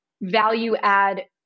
value-add